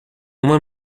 uma